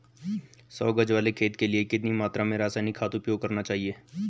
सौ गज वाले खेत के लिए कितनी मात्रा में रासायनिक खाद उपयोग करना चाहिए?